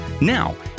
Now